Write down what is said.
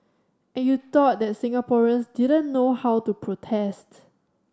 and you thought that Singaporeans didn't know how to protest